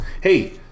hey